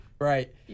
Right